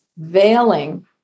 veiling